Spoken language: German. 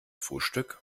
frühstück